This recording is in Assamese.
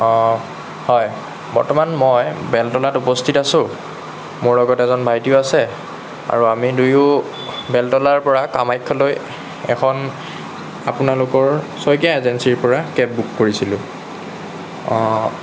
হয় বৰ্তমান মই বেলতলাত উপস্থিত আছোঁ মোৰ লগত এজন ভাইটিও আছে আৰু আমি দুয়ো বেলতলাৰ পৰা কামাখ্যালৈ এখন আপোনালোকৰ শইকীয়া এজেঞ্চিৰ পৰা কেব বুক কৰিছিলোঁ